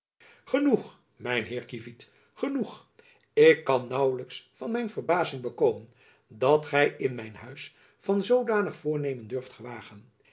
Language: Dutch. genoeg mijn heer kievit genoeg ik kan naauwlijks van mijn verbazing bekomen dat gy in mijn huis van zoodanig voornemen durft gewagen